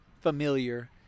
familiar